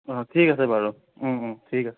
অঁ ঠিক আছে বাৰু ঠিক আছে